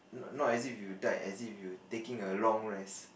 not as if you died as if you taking a long rest